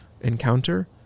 encounter